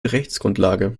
rechtsgrundlage